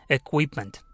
equipment